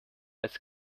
als